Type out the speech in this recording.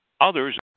others